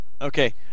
Okay